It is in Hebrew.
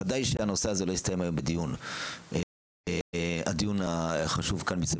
ודאי שהנושא הזה לא יסתיים היום בדיון החשוב כאן.